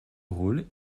rôle